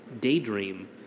daydream